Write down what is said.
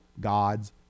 God's